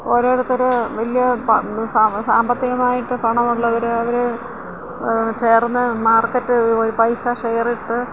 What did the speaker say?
ഓരോരുത്തര് വലിയ പ സാ സാമ്പത്തികമായിട്ട് പണമുള്ളവര് അവര് ചേർന്ന് മാർക്കറ്റുകളിൽ പോയി പൈസ ഷെയറിട്ട്